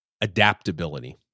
adaptability